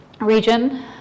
region